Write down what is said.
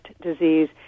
disease